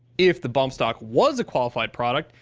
if the bump stock was a qualified product,